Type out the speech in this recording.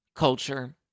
Culture